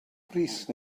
brys